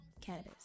Cannabis